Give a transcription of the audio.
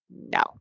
no